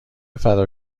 فدا